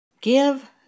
Give